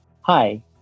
hi